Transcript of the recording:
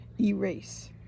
erase